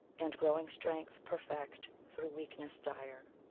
and growing strength perfect through weakness dire.